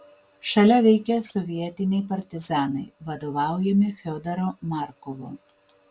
šalia veikia sovietiniai partizanai vadovaujami fiodoro markovo